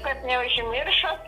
kad neužmiršot